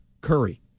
Curry